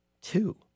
two